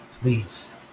please